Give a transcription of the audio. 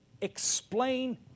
explain